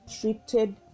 treated